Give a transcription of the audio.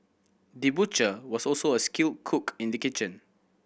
the butcher was also a skilled cook in the kitchen